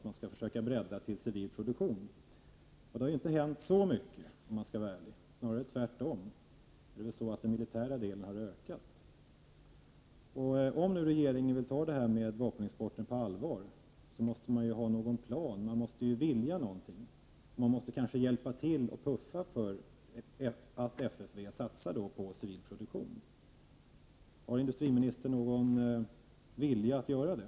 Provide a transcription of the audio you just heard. Men ärligt talat har det inte hänt särskilt mycket — snarare tvärtom. Det är väl så att den militära delen har ökat. Om regeringen vill ta detta med restriktiv vapenexport på allvar, måste man naturligtvis ha någon plan. Man måste ju vilja någonting. Man måste kanske hjälpa till och puffa för att FFV skall satsa på civil produktion. Har industriministern någon vilja att göra det?